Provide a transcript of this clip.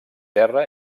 terra